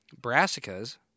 brassicas